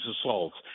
assaults